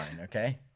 Okay